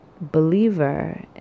believer